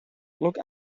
look